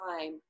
time